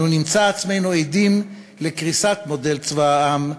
אנו נמצא עצמנו עדים לקריסת מודל צבא העם,